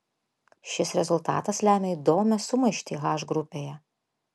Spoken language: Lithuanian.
šis rezultatas lemia įdomią sumaištį h grupėje